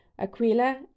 Aquila